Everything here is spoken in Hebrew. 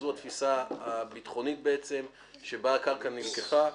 זו התפיסה הביטחונית בעצם שבה הקרקע נלקחה.